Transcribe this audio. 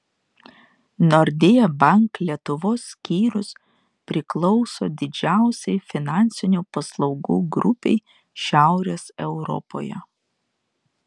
nordea bank lietuvos skyrius priklauso didžiausiai finansinių paslaugų grupei šiaurės europoje